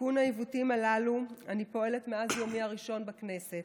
לתיקון העיוותים הללו אני פועלת מאז יומי הראשון בכנסת.